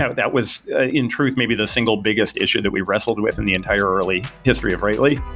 so that was, in truth, may be the single biggest issue that we wrestled with in the entire early history of writely.